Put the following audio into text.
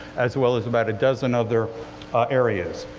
as well as about a dozen other areas.